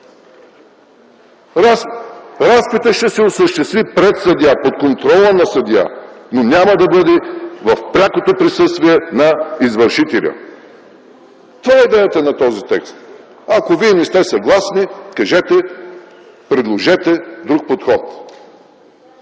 Разпитът ще се осъществи пред съдия, под контрола на съдия, но няма да бъде в прякото присъствие на извършителя. Това е идеята на този текст. Ако вие не сте съгласни, кажете, предложете друг подход.